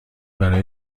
برای